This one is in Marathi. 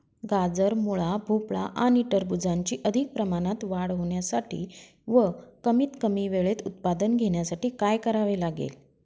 गाजर, मुळा, भोपळा आणि टरबूजाची अधिक प्रमाणात वाढ होण्यासाठी व कमीत कमी वेळेत उत्पादन घेण्यासाठी काय करावे लागेल?